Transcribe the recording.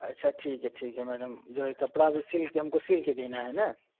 अच्छा ठीक है ठीक है मैडम जो है कपड़ा भी सील के हमको सील कर देना है ना